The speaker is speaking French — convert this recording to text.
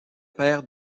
père